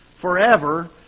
forever